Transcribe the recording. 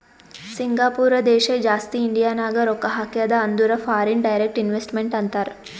Singapore ದೇಶ ಜಾಸ್ತಿ ಇಂಡಿಯಾನಾಗ್ ರೊಕ್ಕಾ ಹಾಕ್ಯಾದ ಅಂದುರ್ ಫಾರಿನ್ ಡೈರೆಕ್ಟ್ ಇನ್ವೆಸ್ಟ್ಮೆಂಟ್ ಅಂತಾರ್